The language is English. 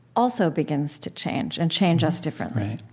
also begins to change, and change us differently